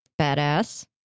Badass